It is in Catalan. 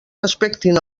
respectin